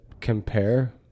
compare